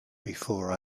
before